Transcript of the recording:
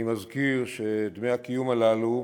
אני מזכיר שדמי הקיום הללו,